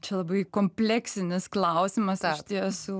čia labai kompleksinis klausimas aš esu